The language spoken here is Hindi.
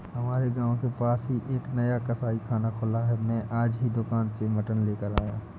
हमारे गांव के पास ही एक नया कसाईखाना खुला है मैं आज ही दुकान से मटन लेकर आया